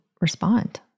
respond